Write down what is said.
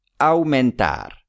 Aumentar